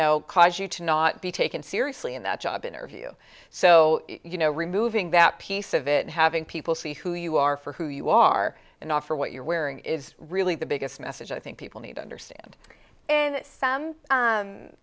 know cause you to not be taken seriously in that job interview so you know removing that piece of it and having people see who you are for who you are and offer what you're wearing is really the biggest message i think people need to understand and some